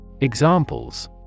Examples